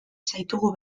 zaitugu